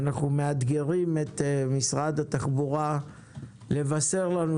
אנו מאתגרים את משרד התחבורה לבשר לנו,